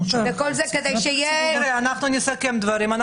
מיוחדים ושירותי דת יהודיים): אנחנו נסכם את הדברים.